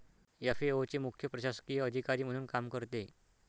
FAO चे मुख्य प्रशासकीय अधिकारी म्हणून काम करते